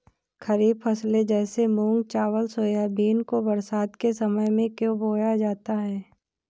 खरीफ फसले जैसे मूंग चावल सोयाबीन को बरसात के समय में क्यो बोया जाता है?